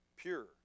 Pure